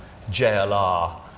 JLR